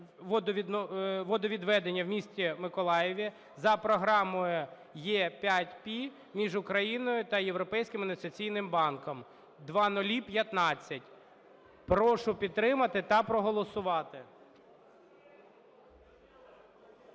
та водовідведення в місті Миколаїв) за Програмою "E5P" між Україною та Європейським інвестиційним банком (0015). Прошу підтримати та проголосувати.